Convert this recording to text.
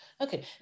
Okay